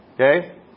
okay